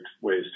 ways